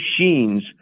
machines